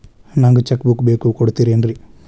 ನಂಗ cheque book ಬೇಕು ಕೊಡ್ತಿರೇನ್ರಿ?